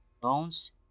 Bones